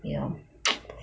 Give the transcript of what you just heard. you know